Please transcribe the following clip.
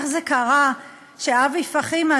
איך זה קרה שאבי פחימה,